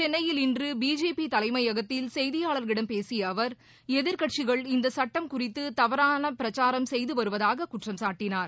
சென்னையில் இன்று பிஜேபி தலைமையகத்தில் செய்தியாளர்களிடம் பேசிய அவர் எதிர்க்கட்சிகள் இந்த சட்டம் குறித்து தவறான பிரச்சாரம் செய்து வருவதாக குற்றம் சாட்டினார்